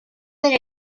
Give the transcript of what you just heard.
era